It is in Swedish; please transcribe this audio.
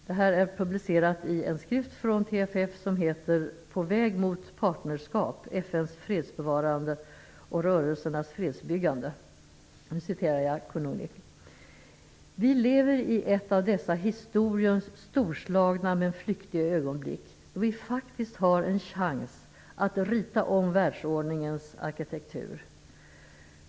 Så här säger han i TFF:s skrift: På väg mot partnerskap, FN:s fredsbevarande och rörelsernas fredsbyggande: "Vi lever i ett av dessa historiens storslagna men flyktiga ögonblick då vi faktiskt har en chans att rita om världsordningens arkitektur.